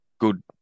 good